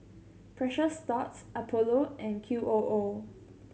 Precious Thots Apollo and Q O O